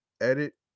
edit